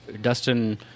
Dustin